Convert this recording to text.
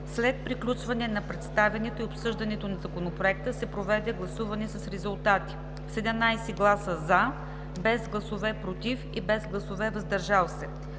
След приключване на представянето и обсъждането на Законопроекта се проведе гласуване с резултати: 17 гласа „за“, без гласове „против“ и „въздържал се“.